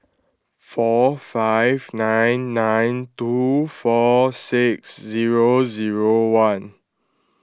four five nine nine two four six zero zero one